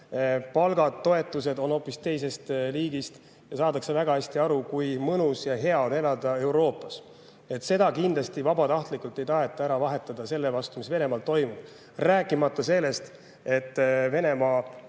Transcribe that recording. palgad-toetused hoopis teisest liigist. Saadakse väga hästi aru, kui mõnus ja hea on elada Euroopas. Seda kindlasti vabatahtlikult ei taheta vahetada selle vastu, mis Venemaal toimub. Rääkimata sellest, et Venemaa